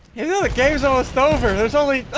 you know the games almost over there's only